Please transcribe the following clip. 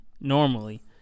normally